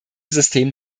system